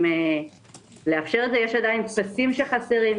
יש טפסים שחסרים.